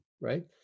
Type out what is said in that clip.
right